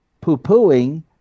poo-pooing